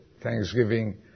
Thanksgiving